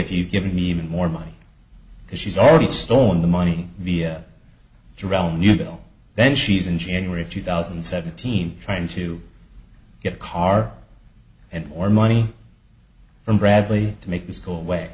if you give me even more money because she's already stolen the money via drone newbill then she's in january of two thousand and seventeen trying to get a car and more money from bradley to make this go away